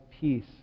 peace